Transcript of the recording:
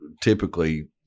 typically